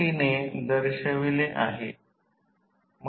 आता उदाहरणार्थ जर मला हे दोन वाइंडिंग ट्रान्सफॉर्मर हवे असेल तर मी काय करू